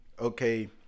okay